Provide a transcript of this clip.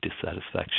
dissatisfaction